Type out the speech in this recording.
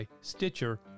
Stitcher